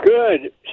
Good